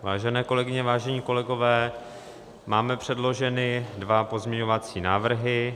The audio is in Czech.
Vážené kolegyně, vážení kolegové, máme předloženy dva pozměňovací návrhy.